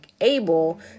able